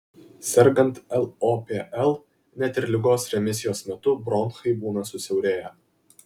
sergant lopl net ir ligos remisijos metu bronchai būna susiaurėję